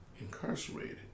incarcerated